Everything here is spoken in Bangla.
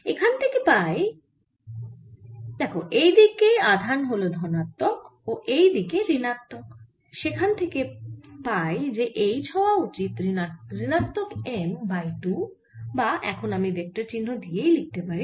এখানে থেকে পাই এইদিকে আধান হল ধনাত্মক ও এই দিকে ঋণাত্মক সেখানে থেকে পাই যে H হওয়া উচিত ঋণাত্মক M বাই 2 বা এখন আমি ভেক্টর চিহ্ন দিয়েই লিখতে পারি